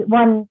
one